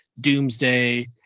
Doomsday